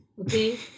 Okay